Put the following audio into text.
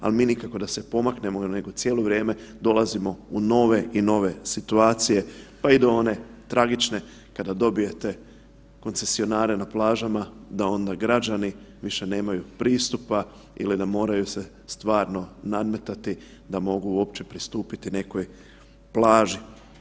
A mi nikako da se pomaknemo nego cijelo vrijeme dolazimo u nove i nove situacije, pa i do one tragične kada dobijete koncesionare na plažama da onda građani nemaju više pristupa ili da moraju se stvarno nadmetati da mogu uopće pristupiti nekoj plaži.